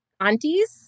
aunties